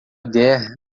guerra